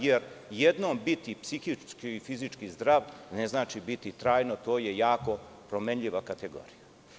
Jer, jednom biti psihički i fizički zdrav, ne znači biti trajno, to je jako promenljiva kategorija.